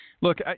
Look